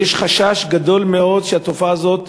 ויש חשש גדול מאוד שהתופעה הזאת